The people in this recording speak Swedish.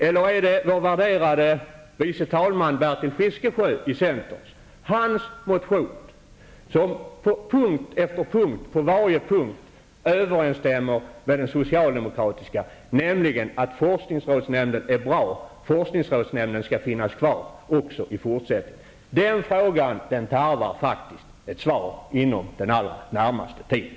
Eller är det det som sägs i den motion som har väckts av vår värderade tredje vice talman Bertil Fiskesjö från centern och som på punkt efter punkt överensstämmer med synpunkter i den socialdemokratiska motionen, nämligen att forskningsrådsnämnden är bra och att den skall finnas kvar också i fortsättningen? De frågorna tarvar faktiskt ett svar inom den allra närmaste tiden.